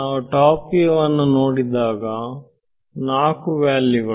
ನಾವು top view ನೋಡಿದಾಗ 4 ವ್ಯಾಲ್ಯೂಗಳು